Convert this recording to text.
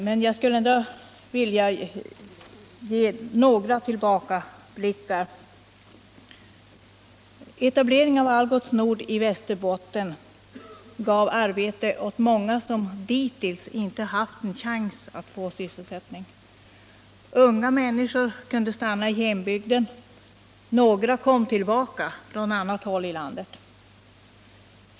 Men jag skulle ändå vilja ge några tillbakablickar här. Etableringen av Algots Nord i Västerbotten gav arbete åt många som dittills inte haft en chans att få sysselsättning. Unga människor kunde stanna i hembygden, och några kom tillbaka från annat håll i landet.